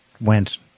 went